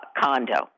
condo